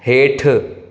हेठि